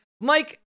Mike